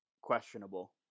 questionable